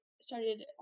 started